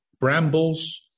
brambles